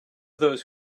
those